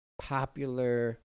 popular